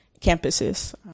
campuses